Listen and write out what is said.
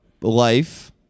life